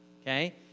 Okay